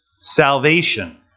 salvation